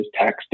tax